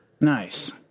Nice